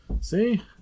see